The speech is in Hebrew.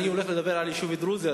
אני הולך לדבר על יישוב דרוזי,